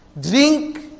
Drink